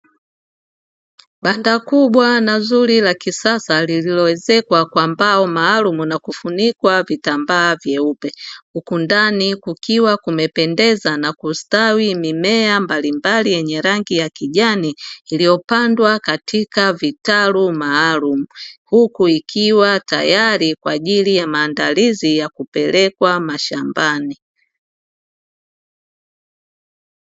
Banda kubwa na zuri la kisasa lililoezekwa kwa mbao maalumu na kufunikwa vitambaa vyeupe. Huku ndani kukiwa kumependeza na kustawi mimea mbalimbali yenye rangi ya kijani, iliyopandwa katika vitalu maalumu; huku ikiwa tayari kwa ajili ya maandalizi ya kupelekwa mashambani.